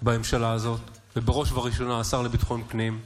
בממשלה הזאת, ובראש ובראשונה השר לביטחון פנים,